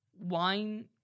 wine